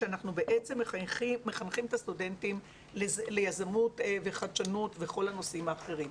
שאנחנו מחנכים את הסטודנטים ליזמות וחדשנות וכל הנושאים האחרים.